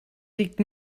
liegt